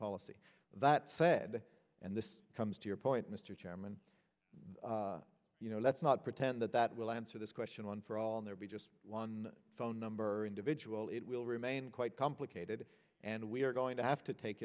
policy that said and this comes to your point mr chairman you know let's not pretend that that will answer this question one for all and there be just on phone number individual it will remain quite complicated and we're going to have to take